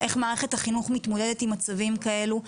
איך מערכת החינוך מתמודדת עם מצבים כאלו,